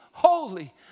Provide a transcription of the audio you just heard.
Holy